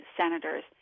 senators